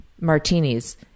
martinis